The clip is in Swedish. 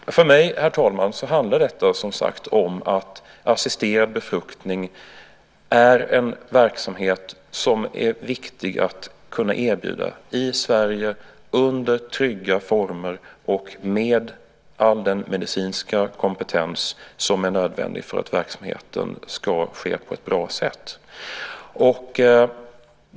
För mig, herr talman, handlar detta som sagt om att assisterad befruktning är en verksamhet som är viktig att kunna erbjuda i Sverige under trygga former och med all den medicinska kompetens som är nödvändig för att verksamheten ska ske på ett bra sätt.